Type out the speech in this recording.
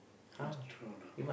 just throw the